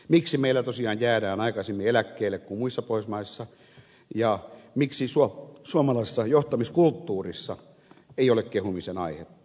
miksi meillä tosiaan jäädään aikaisemmin eläkkeelle kuin muissa pohjoismaissa ja miksi suomalaisessa johtamiskulttuurissa ei ole kehumisen aihetta